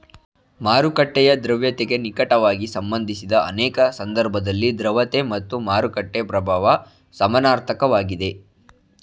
ಮಾರುಕಟ್ಟೆಯ ದ್ರವ್ಯತೆಗೆ ನಿಕಟವಾಗಿ ಸಂಬಂಧಿಸಿದ ಅನೇಕ ಸಂದರ್ಭದಲ್ಲಿ ದ್ರವತೆ ಮತ್ತು ಮಾರುಕಟ್ಟೆ ಪ್ರಭಾವ ಸಮನಾರ್ಥಕ ವಾಗಿದೆ